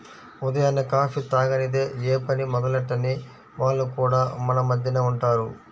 ఉదయాన్నే కాఫీ తాగనిదె యే పని మొదలెట్టని వాళ్లు కూడా మన మద్దెనే ఉంటారు